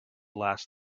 last